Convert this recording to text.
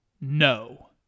No